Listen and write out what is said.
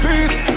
Peace